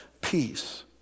peace